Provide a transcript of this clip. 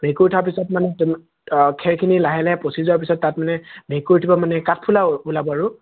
ভেঁকুৰ উঠা পাছত মানে তুমি খেৰখিনি লাহে লাহে পচি যোৱা পাছত তাত মানে ভেঁকুৰ উঠিব মানে কাঠফুলা ওলাব আৰু